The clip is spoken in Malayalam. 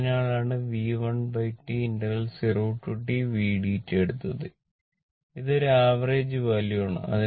അതുകൊണ്ടാണ് V1T 0T vdt എടുത്തത് ഇത് ഒരു Vavg വാല്യൂ ആണ്